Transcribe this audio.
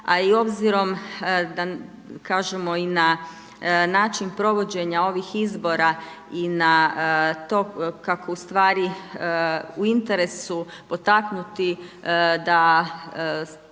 kažemo i na način provođenja ovih izbora i na to kako u stvari u interesu potaknuti da